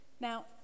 Now